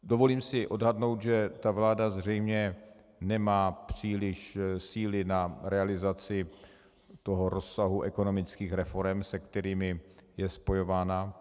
Dovolím si odhadnout, že ta vláda zřejmě nemá příliš síly na realizaci toho rozsahu ekonomických reforem, se kterými je spojována.